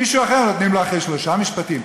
מישהו אחר, נותנים לו אחרי שלושה משפטים.